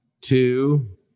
two